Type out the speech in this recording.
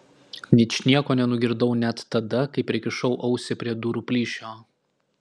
ničnieko nenugirdau net tada kai prikišau ausį prie durų plyšio